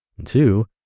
two